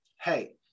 Hey